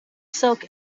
silk